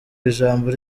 ijambo